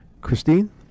Christine